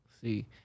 see